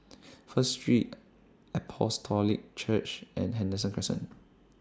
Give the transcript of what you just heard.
First Street Apostolic Church and Henderson Crescent